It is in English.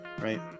right